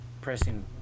pressing